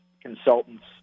Consultants